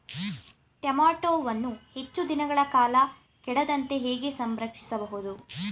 ಟೋಮ್ಯಾಟೋವನ್ನು ಹೆಚ್ಚು ದಿನಗಳ ಕಾಲ ಕೆಡದಂತೆ ಹೇಗೆ ಸಂರಕ್ಷಿಸಬಹುದು?